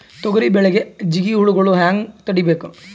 ತೊಗರಿ ಬೆಳೆಗೆ ಜಿಗಿ ಹುಳುಗಳು ಹ್ಯಾಂಗ್ ತಡೀಬೇಕು?